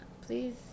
Please